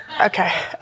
Okay